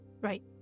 Right